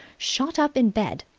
shot up in bed.